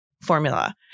formula